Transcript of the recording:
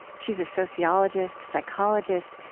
she's a sociologist, psychologist,